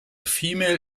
female